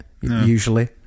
usually